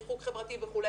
ריחוק חברתי וכו',